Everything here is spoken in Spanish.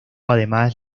además